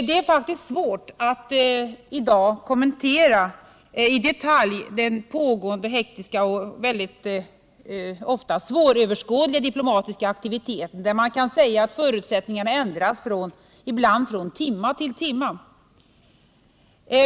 Det är faktiskt svårt att i dag kommentera i detalj den pågående hektiska och ofta svåröverskådliga diplomatiska aktiviteten, där man kan säga att förutsättningarna ibland ändras från timme till timme.